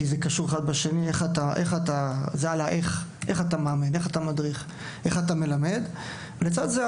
כי איך את מאמין ואיך אתה מדריך ומלמד קשורים זה בזה; ולצד זה,